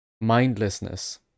mindlessness